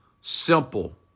Simple